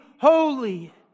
holy